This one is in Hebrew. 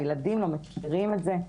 הילדים, לא מכירים את זה.